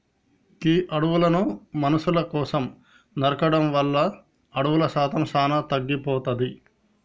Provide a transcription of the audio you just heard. గీ అడవులను మనుసుల కోసం నరకడం వల్ల అడవుల శాతం సానా తగ్గిపోతాది